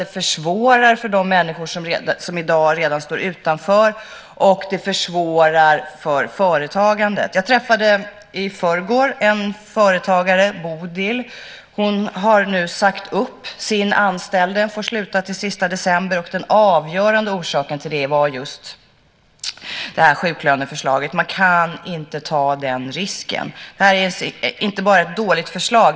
Det försvårar för de människor som i dag redan står utanför, och det försvårar för företagandet. Jag träffade i förrgår en företagare, Bodil. Hon har nu sagt upp sin anställda som får sluta den sista december. Den avgörande orsaken till det var just sjuklöneförslaget. Man kan inte ta den risken. Det är inte bara ett dåligt förslag.